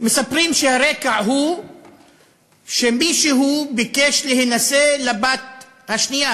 מספרים שהרקע הוא שמישהו ביקש להינשא לבת השנייה,